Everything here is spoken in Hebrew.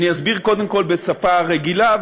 אני אסביר קודם כול בשפה רגילה,